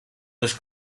this